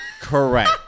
correct